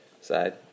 side